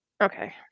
Okay